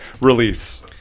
release